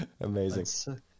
Amazing